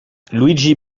luigi